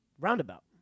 Roundabout